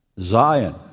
Zion